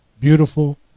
beautiful